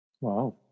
Wow